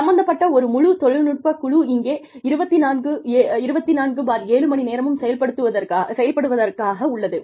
சம்பந்தப்பட்ட ஒரு முழு தொழில்நுட்பக் குழு இங்கே 247 மணி நேரமும் செயல்படுவதற்காக உள்ளது